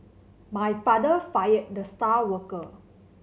my father fired the star worker